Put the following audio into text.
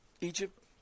Egypt